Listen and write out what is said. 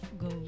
go